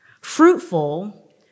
Fruitful